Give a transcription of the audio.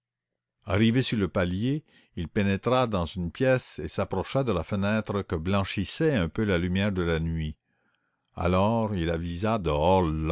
arrivé sur le palier il pénétra dans une pièce et s'approcha de la fenêtre que blanchissait un peu la lumière de la nuit alors il avisa dehors